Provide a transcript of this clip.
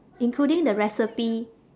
including the recipe